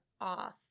off